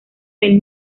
del